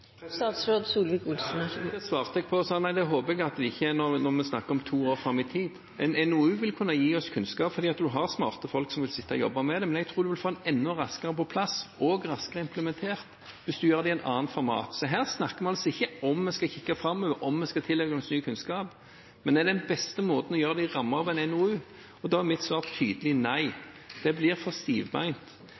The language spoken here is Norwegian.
svarte jeg på og sa nei, det håper jeg de ikke er når vi snakker om to år fram i tid. En NOU vil kunne gi oss kunnskap fordi man har smarte folk som vil sitte og jobbe med det, men jeg tror man vil få den enda raskere på plass og raskere implementert hvis man gjør det i et annet format. Så her snakker vi altså ikke om hvorvidt vi skal kikke framover, eller om vi skal tilegne oss ny kunnskap. Men er den beste måten å gjøre det på i rammen av en NOU? Da er mitt svar tydelig nei. Det blir for